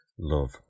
love